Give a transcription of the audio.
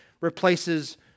replaces